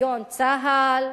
כגון צה"ל,